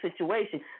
situation